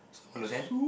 so one to ten